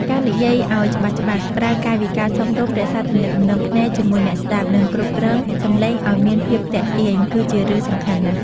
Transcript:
ការនិយាយឲ្យច្បាស់ៗ ប្រើកាយវិការសមរម្យ រក្សាទំនាក់ទំនងភ្នែកជាមួយអ្នកស្តាប់ និងគ្រប់គ្រងសម្លេងឲ្យមានភាពទាក់ទាញ គឺជារឿងសំខាន់ណាស់។